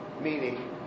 Meaning